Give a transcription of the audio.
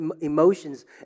emotions